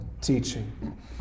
teaching